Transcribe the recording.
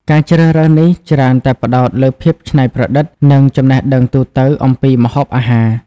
ការជ្រើសរើសនេះច្រើនតែផ្តោតលើភាពច្នៃប្រឌិត និងចំណេះដឹងទូទៅអំពីម្ហូបអាហារ។